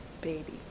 baby